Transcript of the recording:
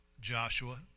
Joshua